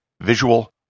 visual